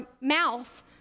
mouth